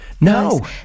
no